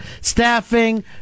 staffing